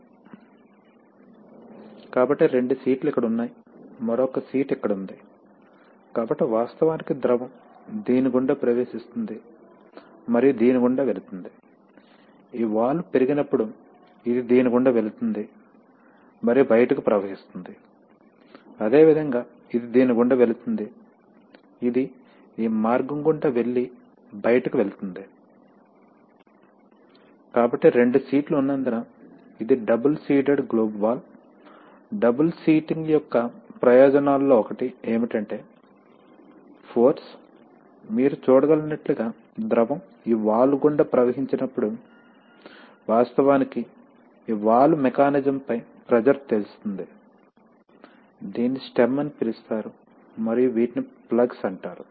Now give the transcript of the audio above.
కాబట్టి రెండు సీట్లు ఇక్కడ ఉన్నాయి మరొక సీటు ఇక్కడ ఉంది కాబట్టి వాస్తవానికి ద్రవం దీని గుండా ప్రవేశిస్తుంది మరియు దీని గుండా వెళుతుంది ఈ వాల్వ్ పెరిగినప్పుడు ఇది దీని గుండా వెళుతుంది మరియు బయటకు ప్రవహిస్తుంది అదేవిధంగా ఇది దీని గుండా వెళుతుంది ఇది ఈ మార్గం గుండా వెళ్లి బయటకు వెళ్తుంది కాబట్టి రెండు సీట్లు ఉన్నందున ఇది double seated globe valve double seating యొక్క ప్రయోజనాల్లో ఒకటి ఏమిటంటే ఫోర్స్ మీరు చూడగలిగినట్లుగా ద్రవం ఈ వాల్వ్ గుండా ప్రవహించినప్పుడు వాస్తవానికి ఈ వాల్వ్ మెకానిజం పై ప్రెషర్ తెస్తుంది దీనిని స్టెమ్ అని పిలుస్తారు మరియు వీటిని ప్లగ్స్ అంటారు